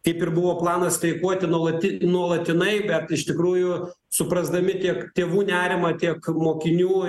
kaip ir buvo planas streikuoti nuolati nuolatinai bet iš tikrųjų suprasdami tiek tėvų nerimą tiek mokinių